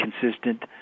consistent